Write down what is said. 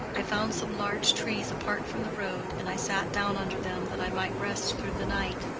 i found some large trees apart from the road, and i sat down under them that i might rest through the night.